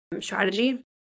strategy